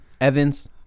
Evans